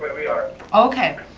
we are. okay,